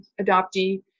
adoptee